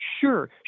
Sure